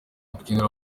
kugendera